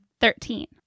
Thirteen